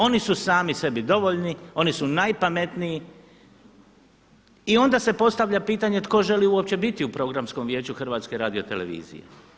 Oni su sami sebi dovoljni, oni su najpametniji i onda se postavlja pitanje tko želi uopće biti u Programskom vijeću HRT-a.